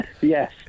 Yes